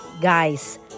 Guys